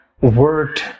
word